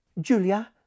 Julia